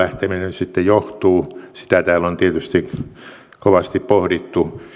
sitten johtuu sitä täällä on tietysti kovasti pohdittu